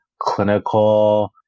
clinical